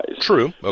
True